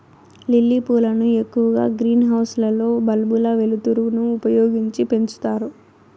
lily పూలను ఎక్కువగా greenhouse లలో బల్బుల వెలుతురును ఉపయోగించి పెంచుతారు